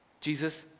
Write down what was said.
Jesus